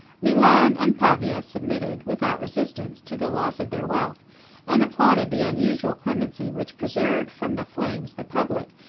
milan and pavia submitted, without resistance, to the loss of their wealth and applauded the unusual clemency which preserved from the flames the public,